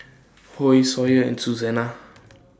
Hoy Sawyer and Susanna